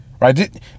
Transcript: right